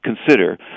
consider